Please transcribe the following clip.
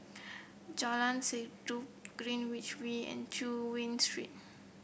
Jalan Sendudok Greenwich V and Chu Yen Street